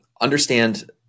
Understand